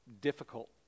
difficult